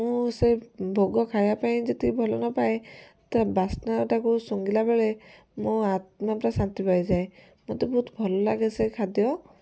ମୁଁ ସେ ଭୋଗ ଖାଇବା ପାଇଁ ଯେତିକି ଭଲ ନପାଏ ତା ବାସ୍ନା ଟାକୁ ଶୁଙ୍ଘିଲା ବେଳେ ମୁଁ ଆତ୍ମା ପୁରା ଶାନ୍ତି ପାଇଯାଏ ମତେ ବହୁତ ଭଲ ଲାଗେ ସେ ଖାଦ୍ୟ